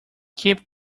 keep